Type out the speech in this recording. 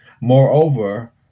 Moreover